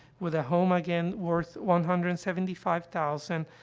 with a home, again, worth one hundred and seventy five thousand,